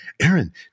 Aaron